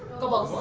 go bulls.